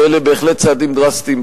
שאלה בהחלט צעדים דרסטיים.